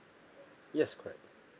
yes correct